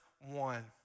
one